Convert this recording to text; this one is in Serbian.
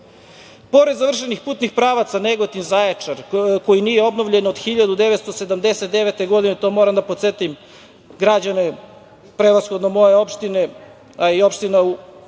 završenih putnih pravaca Negotin–Zaječar koji nije obnovljen od 1979. godine, to moram da podsetim građane, prevashodno moje opštine, a i opština u